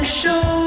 show